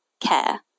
care